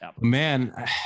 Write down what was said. man